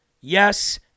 Yes